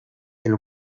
del